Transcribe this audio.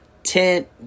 tent